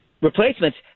replacements